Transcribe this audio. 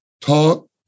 Talk